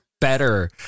better